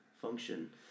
function